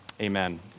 amen